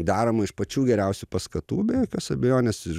daroma iš pačių geriausių paskatų be jokios abejonės iš